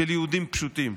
של יהודים פשוטים.